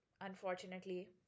Unfortunately